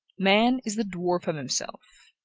man is the dwarf of himself.